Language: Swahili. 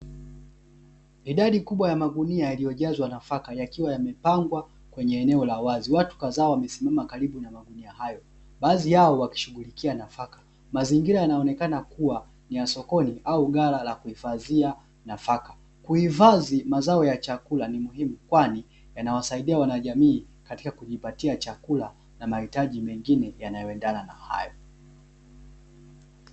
Idadi kubwa ya maguni yaliyojazwa nafaka yakiwa yamepangwa kwenye eneo la wazi, watu kadhaa wamesimama karibu na magunia hayo, baadhi yao wakishughulikia nafaka. Mazingira yanaonekana kuwa ni ya sokoni au ghala la kuhifadhia nafaka. kuhifadhi mazao ya chakula ni muhimu, kwani yanawasaidia wanajamii katika kujipatia chakula na mahitaji mengine yanayoendana na hayo.